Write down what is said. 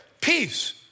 peace